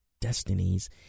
destinies